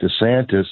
DeSantis